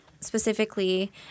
Specifically